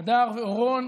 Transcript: הדר ואורון